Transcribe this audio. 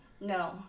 No